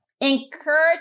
Encourage